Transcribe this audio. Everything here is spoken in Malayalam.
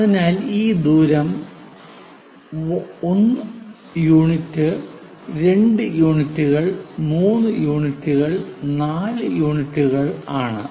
അതിനാൽ ഈ ദൂരം 1 യൂണിറ്റ് 2 യൂണിറ്റുകൾ 3 യൂണിറ്റുകൾ 4 യൂണിറ്റുകൾ ആണ്